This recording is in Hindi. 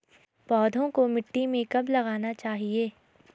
पौधों को मिट्टी में कब लगाना चाहिए?